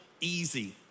Easy